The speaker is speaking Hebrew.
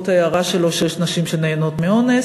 ההערה שלו שיש נשים שנהנות מאונס.